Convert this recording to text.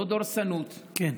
לא דורסנות, כן.